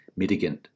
mitigant